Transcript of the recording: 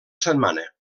setmana